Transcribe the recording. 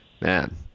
man